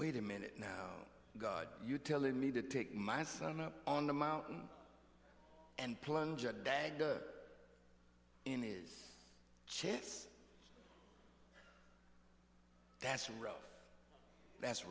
wait a minute now god you telling me to take my son up on the mountain and plunge in is chess that's rough that's